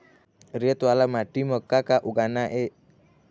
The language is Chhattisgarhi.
रेत वाला माटी म का का उगाना ये?